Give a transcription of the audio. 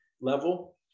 level